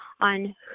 on